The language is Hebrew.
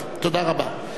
אני לא משנה את ההצבעה,